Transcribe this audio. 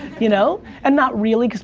you know? and not really, cause,